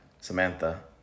Samantha